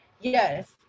yes